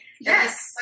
Yes